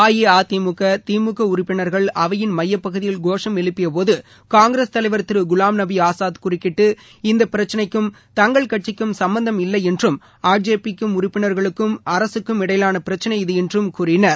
அஇஅதிமுக திமுக உறுப்பினாகள் அவையின் மையப்பகுதியில் கோஷம் எழுப்பிய போது காய்கிரஸ் தலைவர் திரு குலாம்நபி ஆசாத் குறுக்கிட்டு இந்த பிரச்சளைக்கும் தங்கள் கட்சிக்கும் சும்பந்தம் இல்லை என்றும் ஆட்சேபிக்கும் உறுப்பினா்களுக்கும் அரசுக்கும் இடையிலான பிரச்சனை இது என்றும் கூறினார்